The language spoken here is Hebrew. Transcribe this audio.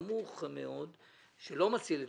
מחצבה,